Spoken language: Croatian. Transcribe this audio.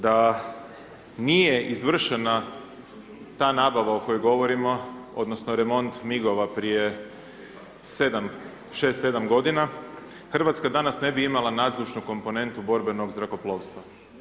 Da nije izvršena ta nabava o kojoj govorimo, odnosno remont migova prije 7, 6, 7 godina Hrvatska danas ne bi imala nadzvučnu komponentu borbenog zrakoplovstva.